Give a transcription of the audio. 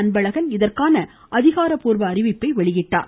அன்பழகன் இதற்கான அதிகாரப்பூர்வ அறிவிப்பை வெளியிட்டார்